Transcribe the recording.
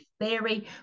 theory